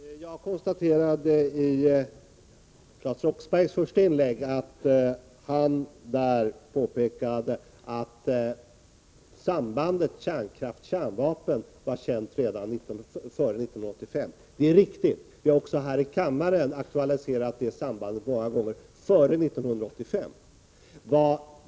Herr talman! Jag konstaterade att Claes Roxbergh i sitt första inlägg påpekade att sambandet kärnkraft-kärnvapen var känt före 1985. Det är riktigt. Vi har också här i kammaren aktualiserat detta samband många gånger före 1985.